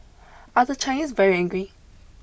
are the Chinese very angry